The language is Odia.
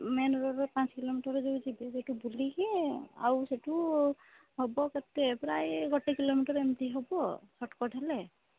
ମେନ୍ ରୋଡ଼୍ରେ ପାଞ୍ଚ କିଲୋମିଟର ଯେଉଁ ଯିବେ ସେଇଠୁ ବୁଲିକି ଆଉ ସେଠୁ ହବ କେତେ ପ୍ରାୟ ଗୋଟେ କିଲୋମିଟର ଏମିତି ହବ ସର୍ଟ କଟ୍ ହେଲେ